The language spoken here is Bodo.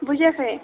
बुजियाखै